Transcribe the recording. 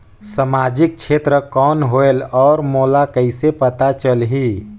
समाजिक क्षेत्र कौन होएल? और मोला कइसे पता चलही?